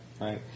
Right